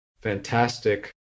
fantastic